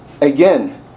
again